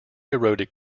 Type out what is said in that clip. eroded